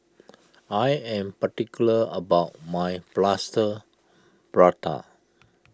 I am particular about my Plaster Prata